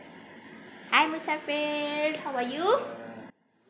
hi musafir how are you